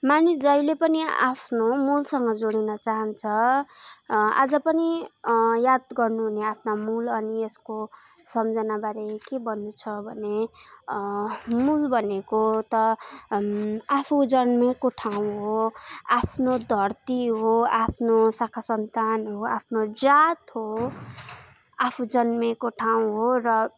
मानिस जहिले पनि आफ्नो मूलसँग जोडिन चाहन्छ आज पनि याद गर्नु हुने आफ्ना मूल अनि यसको सम्झनाबारे के भन्नु छ भने मूल भनेको त आफू जन्मेको ठाउँ हो आफ्नो धर्ती हो आफ्नो शाखा सन्तान हो आफ्नो जात हो आफू जन्मेको ठाउँ हो र